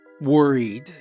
Worried